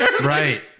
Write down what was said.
Right